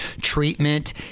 treatment